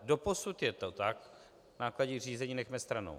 Doposud je to tak náklady řízení nechme stranou.